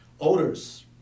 Odors